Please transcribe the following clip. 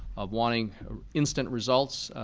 of wanting instant results,